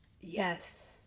Yes